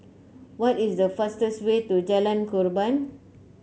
what is the fastest way to Jalan Korban